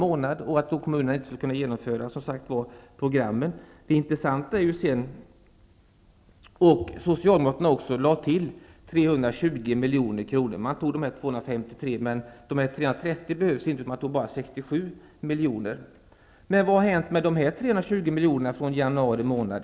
Socialdemokraterna lade då också till 320 milj.kr., men vad har hänt med dem sedan januari månad?